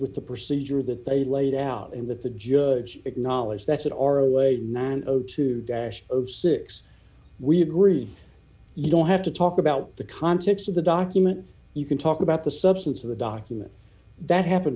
with the procedure that they laid out and that the judge acknowledged that's it our away nine o two dash of six we agree you don't have to talk about the contents of the document you can talk about the substance of the document that happen